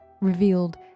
revealed